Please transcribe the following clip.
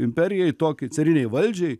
imperijai tokį carinei valdžiai